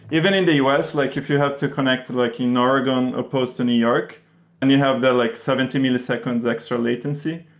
even in the us, like if you have to connect in like you know oregon opposed to new york and you have the like seventy milliseconds extra latency,